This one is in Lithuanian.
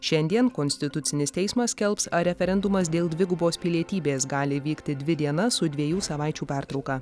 šiandien konstitucinis teismas skelbs ar referendumas dėl dvigubos pilietybės gali vykti dvi dienas su dviejų savaičių pertrauka